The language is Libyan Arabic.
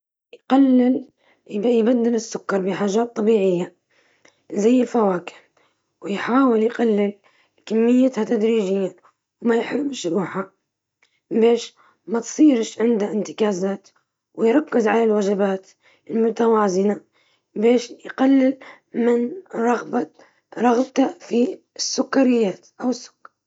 يستبدل السكر العادي بحاجات صحية زي العسل أو الفواكه، يبدأ يقلل الكميات تدريجيًا بدل الحرمان الكامل، يحط هدف بسيط زي وجبة صحية يوميًا، ويخلي الحلويات مكافأة مش عادة يومية.